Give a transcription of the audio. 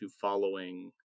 following